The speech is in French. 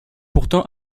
pourtant